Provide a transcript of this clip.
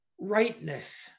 rightness